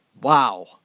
wow